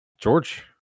George